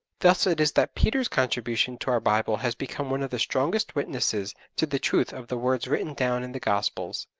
thus it is that peter's contribution to our bible has become one of the strongest witnesses to the truth of the words written down in the gospels.